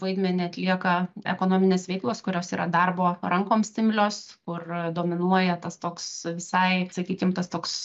vaidmenį atlieka ekonominės veiklos kurios yra darbo rankoms imlios kur dominuoja tas toks visai sakykim tas toks